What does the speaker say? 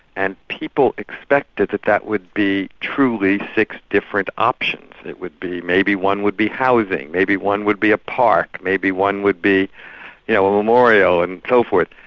and people expected that that would be truly six different options, it would be maybe one would be housing, maybe one would a park, maybe one would be you know a memorial, and so forth.